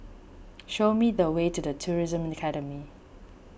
show me the way to the Tourism Academy